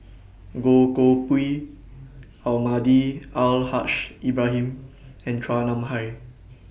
Goh Koh Pui Almahdi Al Haj Ibrahim and Chua Nam Hai